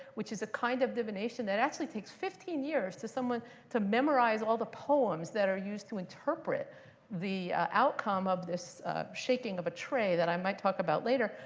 which is a kind of divination that actually takes fifteen years to someone to memorize all the poems that are used to interpret the outcome of this shaking of a tray, that i might talk about later.